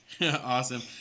Awesome